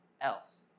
else